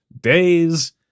days